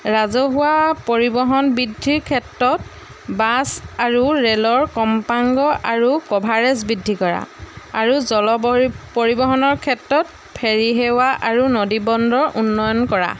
ৰাজহুৱা পৰিবহণ বৃদ্ধিৰ ক্ষেত্ৰত বাছ আৰু ৰে'লৰ কম্পাংগ আৰু কভাৰেজ বৃদ্ধি কৰা আৰু জল ব পৰিবহণৰ ক্ষেত্ৰত ফেৰি সেৱা আৰু নদী বন্দৰ উন্নয়ন কৰা